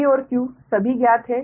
P और Q सभी ज्ञात हैं